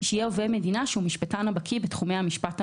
שיהיה שם עובד מדינה שהוא משפטן או בקיא בתחומי המשפט המינהלי,